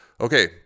Okay